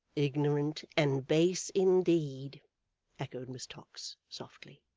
ignorant and base indeed echoed miss tox softly.